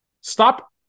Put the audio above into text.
Stop